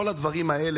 כל הדברים האלה,